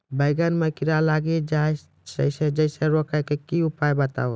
बैंगन मे कीड़ा लागि जैसे रोकने के उपाय बताइए?